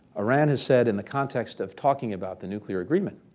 iran has said in the context of talking about the nuclear agreement